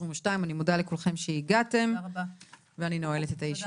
אני מודה לכולכם שהגעתם ואני נועלת את הישיבה.